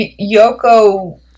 Yoko